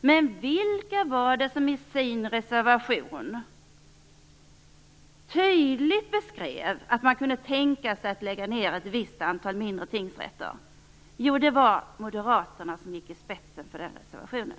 Men vilka var det som i sin reservation tydligt beskrev att man kunde tänka sig att lägga ned ett visst antal mindre tingsrätter? Jo, det var Moderaterna som gick i spetsen för den reservationen.